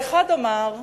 האחד אמר,